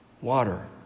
water